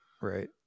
right